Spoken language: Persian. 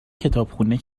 کتابخونه